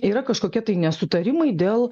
yra kažkokie tai nesutarimai dėl